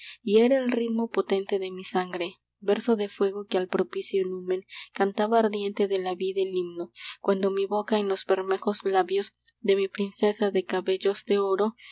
y era el ritmo potente de mi sangre verso de fuego que al propicio numen cantaba ardiente de la vida el himno cuando mi boca en los bermejos labios de mi princesa de cabellos de oro licor